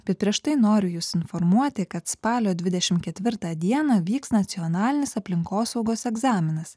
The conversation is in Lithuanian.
bet prieš tai noriu jus informuoti kad spalio dvidešim ketvirtą dieną vyks nacionalinis aplinkosaugos egzaminas